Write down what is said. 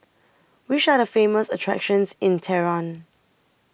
Which Are The Famous attractions in Tehran